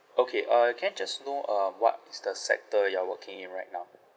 okay uh can I just know um what is the sector you're working in right now